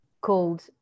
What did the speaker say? called